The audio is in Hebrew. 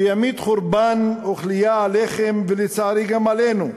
שימיט חורבן וכליה עליכם, ולצערי גם עלינו,